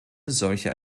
solcher